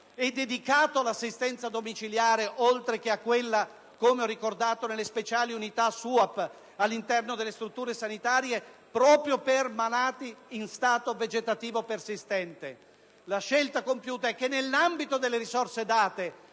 e dedicato all'assistenza domiciliare, oltre che a quella - come ho ricordato - nelle speciali unità di accoglienza permanente (SUAP) all'interno delle strutture sanitarie proprio per malati in stato vegetativo persistente. La scelta compiuta è che, nell'ambito delle risorse date,